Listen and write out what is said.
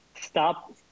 stop